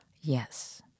Yes